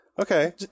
okay